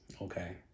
Okay